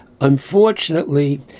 unfortunately